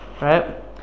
Right